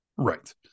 Right